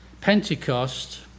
Pentecost